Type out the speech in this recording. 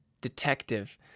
detective